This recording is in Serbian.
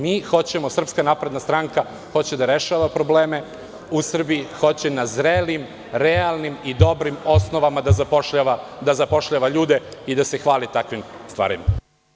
Mi hoćemo, SNS hoće da rešava probleme u Srbiji, hoće na zrelim, realnim i dobrim osnovama da zapošljava ljude i da se hvali takvim stvarima.